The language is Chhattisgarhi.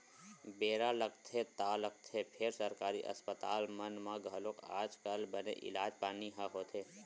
बेरा लगथे ता लगथे फेर सरकारी अस्पताल मन म घलोक आज कल बने इलाज पानी ह होथे